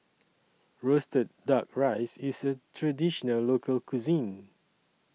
Roasted Duck Rice IS A Traditional Local Cuisine